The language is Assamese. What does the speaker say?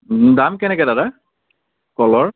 দাম কেনেকৈ দাদা কলৰ